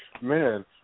man